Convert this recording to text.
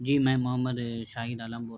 جی میں محمد شاہد ععم بول رہا ہوں